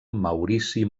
maurici